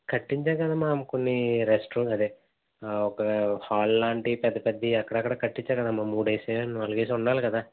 కట్టించాము కదమ్మా కొన్ని రెస్ట్రూమ్లు అదే ఒక హాల్ లాంటివి పెద్ద పెద్దవి అక్కడక్కడా కట్టించాము కదమ్మా మూడు వేసి నాలుగేసో ఉండాలి కదా